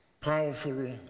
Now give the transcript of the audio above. powerful